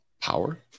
power